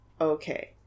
Okay